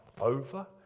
over